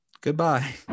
goodbye